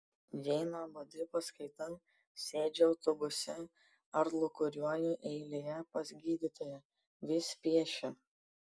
jei nuobodi paskaita sėdžiu autobuse ar lūkuriuoju eilėje pas gydytoją vis piešiu